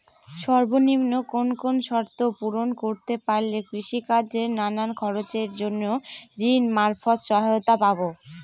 সর্বনিম্ন কোন কোন শর্ত পূরণ করতে পারলে কৃষিকাজের নানান খরচের জন্য ঋণ মারফত সহায়তা পাব?